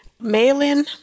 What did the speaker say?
mail-in